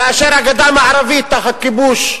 כאשר הגדה המערבית תחת כיבוש,